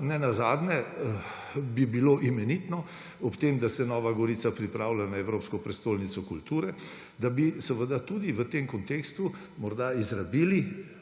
nenazadnje bi bilo imenitno ob tem, da se Nova Gorica pripravlja na evropsko prestolnico kulture, da bi tudi v tem kontekstu morda izrabili